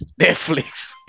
netflix